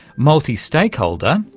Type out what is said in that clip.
multi-stakeholder,